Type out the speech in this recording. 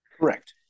Correct